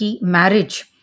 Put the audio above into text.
marriage